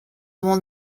won